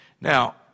Now